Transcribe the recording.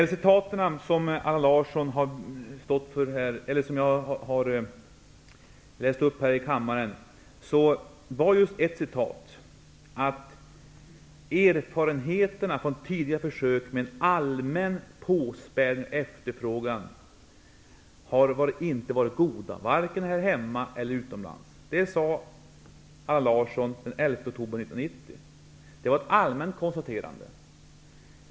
Ett av de citat som jag läste upp här i kammaren var detta: Erfarenheterna från tidigare försök med en allmän, påspädd efterfrågan har inte varit goda, varken här hemma eller utomlands. Det sade Allan Larsson den 11 oktober 1990. Det var ett allmänt konstaterande.